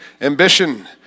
ambition